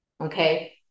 Okay